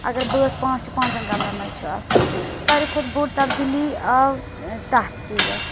اَگَر بٲژ پانٛژھ چھِ پانٛژَن کَمرَن مَنٛز چھِ آسان ساروٕے کھۄتہِ بوٚڑ تَبدیٖلی آو تتھ چیٖزَس